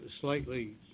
slightly